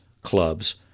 clubs